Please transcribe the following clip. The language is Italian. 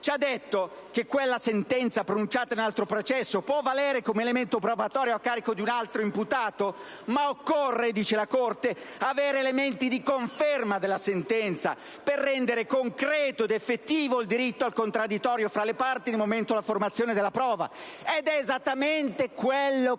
in sostanza che quella sentenza di condanna pronunciata in un altro processo può valere come elemento probatorio a carico di un altro imputato, ma ha aggiunto che occorre avere elementi di conferma della sentenza, per rendere concreto ed effettivo il diritto al contraddittorio tra le parti nel momento della formazione della prova.